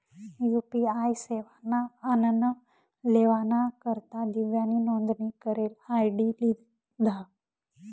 UPI सेवाना आनन लेवाना करता दिव्यानी नोंदनी करेल आय.डी लिधा